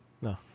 No